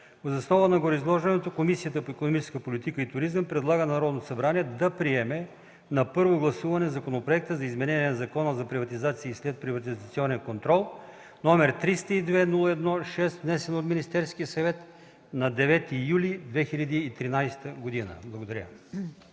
Въз основа на гореизложеното Комисията по икономическата политика и туризъм предлага на Народното събрание да приеме на първо гласуване Законопроект за изменение на Закона за приватизация и следприватизационен контрол, № 302-01-6, внесен от Министерския съвет на 9 юли 2013 г.” Благодаря.